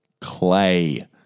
Clay